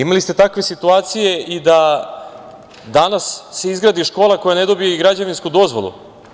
Imali ste takve situacije i da se izgradi škola koja ne dobije građevinsku dozvolu.